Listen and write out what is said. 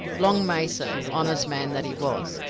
long mason, honest man that he was,